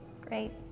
Great